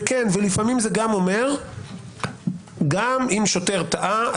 ולפעמים זה גם אומר שגם אם שוטר טעה,